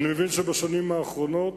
אני מבין שבשנים האחרונות